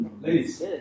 Ladies